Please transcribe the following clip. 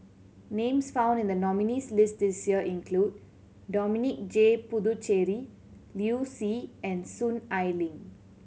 names found in the nominees' list this year include Dominic J Puthucheary Liu Si and Soon Ai Ling